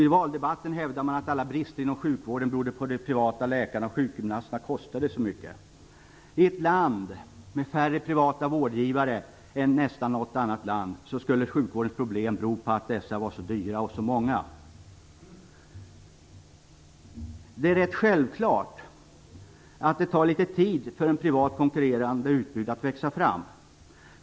I valdebatten hävdade man att alla brister inom sjukvården berodde på att de privata läkarna och sjukgymnasterna kostade så mycket. I ett land med färre privata vårdgivare än nästan alla andra länder skulle sjukvårdens problem bero på att nämnda vårdgivare är så dyra och så många. Det är rätt självklart att det tar litet tid för ett privat konkurrerande utbud att växa fram.